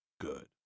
good